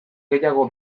gehiago